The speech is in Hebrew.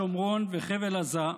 שומרון וחבל עזה,